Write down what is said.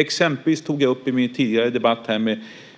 Exempelvis tog jag i min tidigare debatt